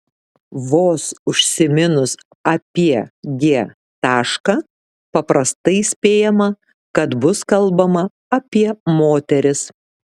vos užsiminus apie g tašką paprastai spėjama kad bus kalbama apie moteris